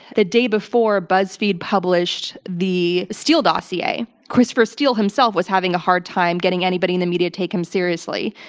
the day before buzzfeed published the steele dossier, christopher steele himself was having a hard time getting anybody in the media take him seriously.